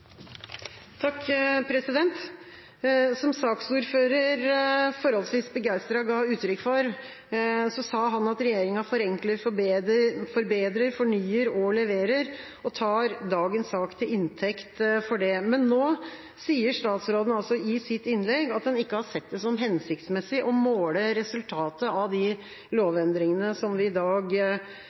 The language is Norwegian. Som saksordfører forholdsvis begeistret ga uttrykk for: Han sa at regjeringa forenkler, forbedrer, fornyer og leverer og tar dagens sak til inntekt for det. Men nå sier statsråden i sitt innlegg at hun ikke har sett det som hensiktsmessig å måle resultatet av de lovendringene som vi i dag